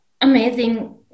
amazing